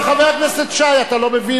אבל, חבר הכנסת שי, אתה לא מבין?